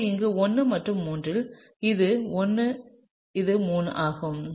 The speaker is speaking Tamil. இப்போது இங்கே 1 மற்றும் 3 இல் இது 1 இது 3 ஆகும்